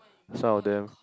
some of them